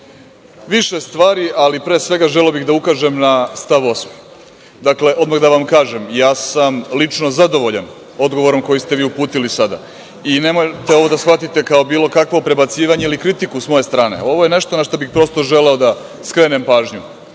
više stvari, ali, pre svega, želeo bih da ukažem na stav 8.Odmah da vam kažem, ja sam lično zadovoljan odgovorom koji ste vi uputili sada i nemojte ovo da shvatite kao bilo kakvo prebacivanje ili kritiku s moje strane, ali, ovo je nešto na šta bih prosto želeo da skrenem pažnju,